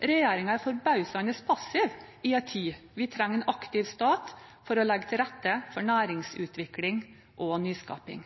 Regjeringen er forbausende passiv i en tid der vi trenger en aktiv stat for å legge til rette for næringsutvikling og nyskaping.